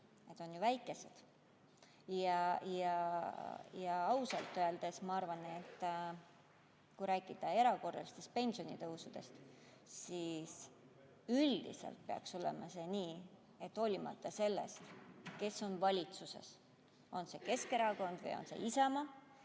need on väikesed. Ausalt öeldes ma arvan, et kui rääkida erakorralisest pensionitõusust, siis üldiselt peaks olema see nii, et hoolimata sellest, kes on valitsuses, on see Keskerakond või on see Isamaa,